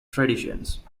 traditions